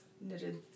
knitted